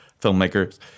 filmmakers